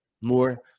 more